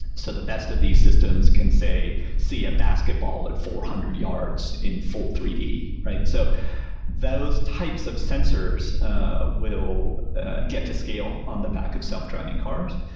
so the best of these systems can see a basketball at four hundred yards in full three d, right? so those types of sensors ah will get to scale on the back of self-driving cars.